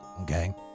Okay